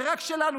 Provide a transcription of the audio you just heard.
זה רק שלנו,